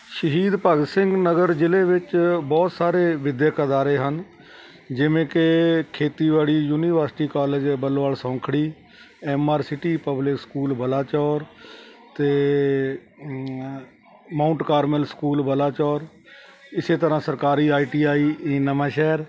ਸ਼ਹੀਦ ਭਗਤ ਸਿੰਘ ਨਗਰ ਜ਼ਿਲ੍ਹੇ ਵਿੱਚ ਬਹੁਤ ਸਾਰੇ ਵਿੱਦਿਅਕ ਅਦਾਰੇ ਹਨ ਜਿਵੇਂ ਕਿ ਖੇਤੀਬਾੜੀ university college Ballowal Saunkhri M R city public school Balachaur ਅਤੇ ਮਾਊਂਟ ਕਾਰਮਲ ਸਕੂਲ ਬਲਾਚੌਰ ਇਸੇ ਤਰ੍ਹਾਂ ਸਰਕਾਰੀ ਆਈ ਟੀ ਆਈ ਨਵਾਂ ਸ਼ਹਿਰ